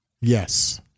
yes